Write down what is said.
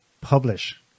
publish